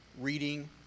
reading